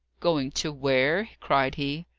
going to where? cried he.